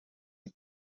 are